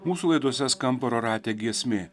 mūsų laidose skamba rorate giesmė